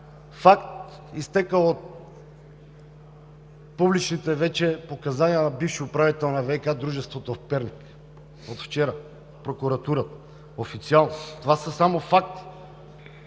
Факт, изтекъл от публичните вече показания на бившия управител на ВиК дружеството в Перник от вчера, в прокуратурата, официално. Това са само факти!